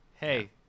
hey